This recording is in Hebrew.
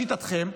לשיטתכם,